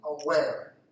aware